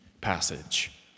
passage